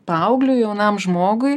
paaugliui jaunam žmogui